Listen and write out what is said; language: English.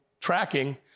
tracking